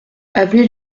avenue